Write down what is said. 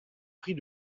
prix